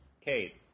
Kate